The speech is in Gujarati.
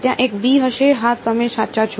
ત્યાં એક b હશે હા તમે સાચા છો